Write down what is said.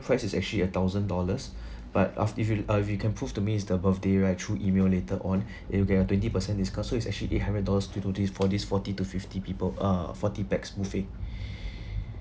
price is actually a thousand dollars but aft~ if you uh if you can prove to me it's the birthday right through email later on and you'll get a twenty percent discount so it's actually eight hundred dollars to do this for this forty to fifty people uh forty pax buffet